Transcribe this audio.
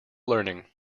learning